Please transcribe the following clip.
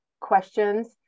questions